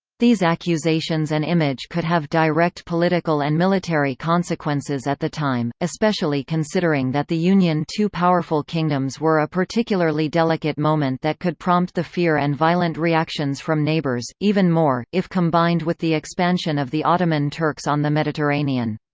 these accusations and image could have direct political and military consequences at the time, especially considering that the union two powerful kingdoms were a particularly delicate moment that could prompt the fear and violent reactions from neighbors, even more, if combined with the expansion of the ottoman turks on the mediterranean.